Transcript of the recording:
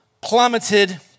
plummeted